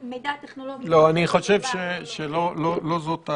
אני פוגש אנשים עם מצוקות לא פחות מחברת הכנסת שקד,